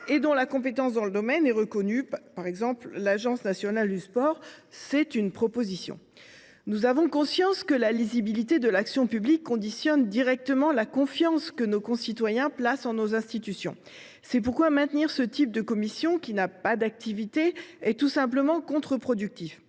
et dont la compétence dans le domaine est reconnue, telle que l’Agence nationale du sport. Nous formulons une proposition en ce sens. Nous avons conscience que la lisibilité de l’action publique conditionne directement la confiance que nos concitoyens placent dans nos institutions. Pour cette raison, maintenir ce type de commissions qui n’ont pas d’activité est simplement contre productif.